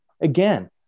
again